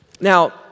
Now